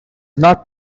not